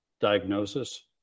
diagnosis